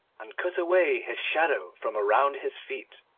and cut away his shadow from around his feet,